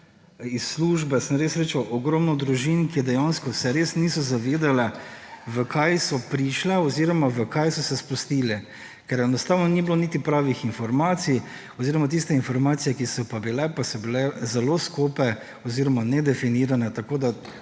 iz službe sem res srečal ogromno družin, ki se dejansko res niso zavedale, v kaj so prišle oziroma v kaj so se spustile, ker enostavno ni bilo niti pravih informacij oziroma tiste informacije, ki so bile, pa so bile zelo skope oziroma nedefinirane. Tako se